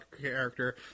character